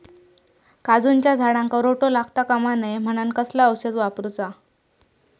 काजूच्या झाडांका रोटो लागता कमा नये म्हनान कसला औषध वापरूचा?